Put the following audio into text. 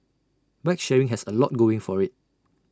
bike sharing has A lot going for IT